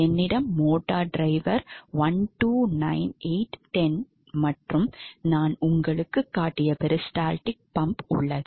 என்னிடம் motor driver 1 2 9 8 10 மற்றும் நான் உங்களுக்கு காட்டிய பெரிஸ்டால்டிக் பம்ப் உள்ளது